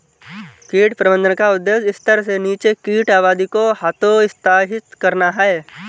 कीट प्रबंधन का उद्देश्य स्तर से नीचे कीट आबादी को हतोत्साहित करना है